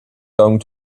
going